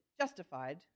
justified